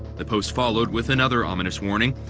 the post followed with another ominous warning.